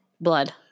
Blood